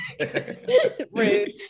Rude